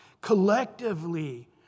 Collectively